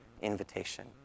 invitation